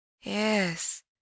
Yes